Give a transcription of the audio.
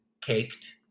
caked